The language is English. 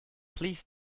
please